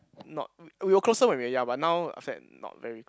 not we we were closer when we're young but now after that not very close